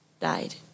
died